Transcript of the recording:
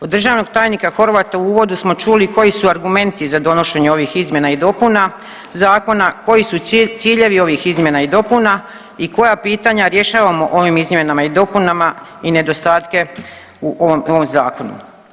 Od državnog tajnika Horvata u uvodu smo čuli koji su argumenti za donošenje ovih izmjena i dopuna zakona, koji su ciljevi ovih izmjena i dopuna i koja pitanja rješavamo ovim izmjenama i dopunama i nedostatke u ovom zakonu.